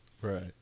Right